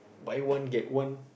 buy one get one